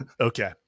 Okay